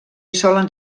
solen